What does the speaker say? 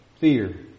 Fear